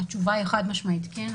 התשובה היא חד-משמעית כן.